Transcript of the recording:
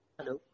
Hello